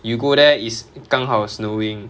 you go there is 刚好 snowing